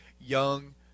young